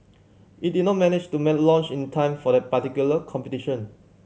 it did not manage to made launch in time for that particular competition